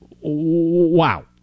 wow